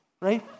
right